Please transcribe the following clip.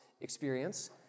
experience